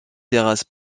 terrasse